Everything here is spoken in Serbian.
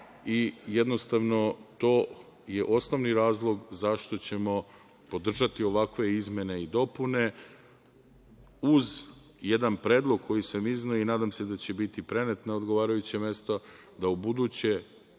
i jednostavno, to je osnovni razlog zašto ćemo podržati ovakve izmene i dopune uz jedan predlog koji sam izneo i nadam se da će biti prenet na odgovarajuća mesta, da u buduće